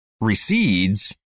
recedes